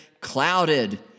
clouded